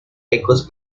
ecos